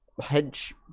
hedge